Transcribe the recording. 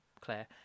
Claire